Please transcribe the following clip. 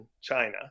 China